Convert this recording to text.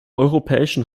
europäischen